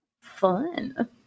Fun